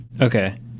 Okay